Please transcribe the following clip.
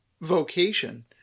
vocation